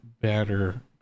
better